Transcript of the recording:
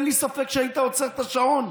אין לי ספק שהיית עוצר את השעון.